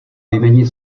vyměnit